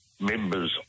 members